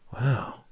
Wow